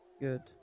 Good